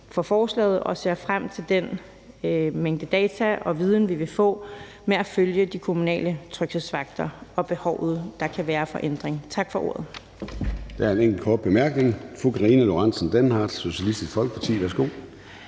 for forslaget, og vi ser frem til den mængde data og viden, vi vil få med at følge de kommunale tryghedsvagter og behovet, der kan være for en ændring. Tak for ordet.